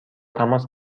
تماس